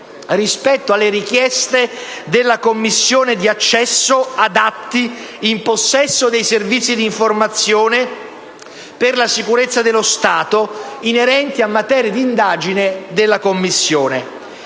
rispetto alla richiesta della Commissione di accesso ad atti in possesso dei Servizi di informazione per la sicurezza dello Stato inerenti a materie di indagine della Commissione.